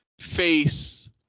face